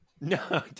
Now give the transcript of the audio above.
No